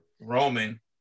Roman